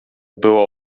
było